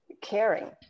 caring